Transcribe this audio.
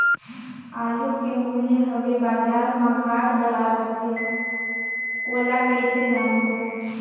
आलू के मूल्य हवे बजार मा घाट बढ़ा रथे ओला कइसे जानबो?